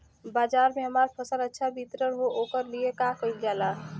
बाजार में हमार फसल अच्छा वितरण हो ओकर लिए का कइलजाला?